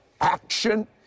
action